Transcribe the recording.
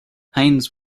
haines